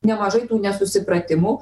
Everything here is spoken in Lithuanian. nemažai tų nesusipratimų